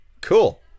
Cool